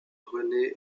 renée